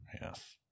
Yes